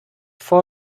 fall